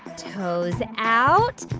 toes out,